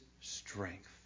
strength